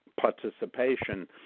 participation